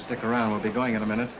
stick around we'll be going in a minute